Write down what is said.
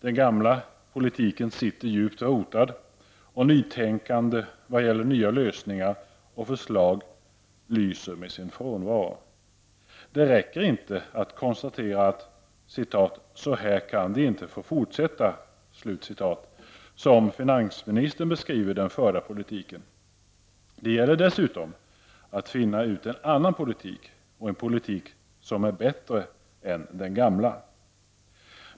Den gamla politiken sitter djupt rotad, och nytänkande vad gäller nya lösningar och förslag lyser med sin frånvaro. Det räcker inte med att konstatera att ''så här kan det inte få fortsätta'', som finansministern beskriver den förda politiken, det gäller dessutom att finna ut en annan politik. Och en politik som är bättre än den gamla.